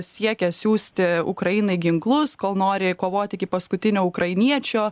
siekia siųsti ukrainai ginklus kol nori kovoti iki paskutinio ukrainiečio